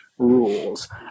Rules